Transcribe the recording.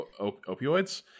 opioids